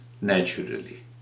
naturally